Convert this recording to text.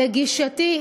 לגישתי,